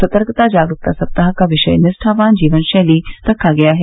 सतर्कता जागरूकता सप्ताह का विषय निष्ठावान जीवन शैली रखा गया है